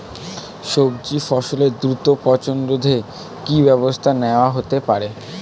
সবজি ফসলের দ্রুত পচন রোধে কি ব্যবস্থা নেয়া হতে পারে?